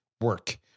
Work